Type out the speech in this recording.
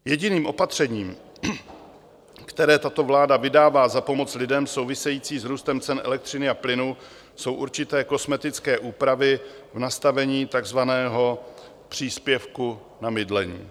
Jediným opatřením, které tato vláda vydává za pomoc lidem související s růstem cen elektřiny plynu, jsou určité kosmetické úpravy v nastavení takzvaného příspěvku na bydlení.